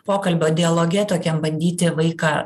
pokalbio dialoge tokiam bandyti vaiką